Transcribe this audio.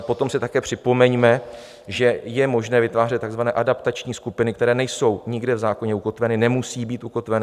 Potom si ale také připomeňme, že je možné vytvářet takzvané adaptační skupiny, které nejsou nikde v zákoně ukotveny, nemusí být ukotveny.